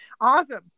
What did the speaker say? awesome